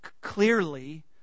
clearly